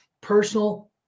personal